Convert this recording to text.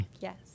Yes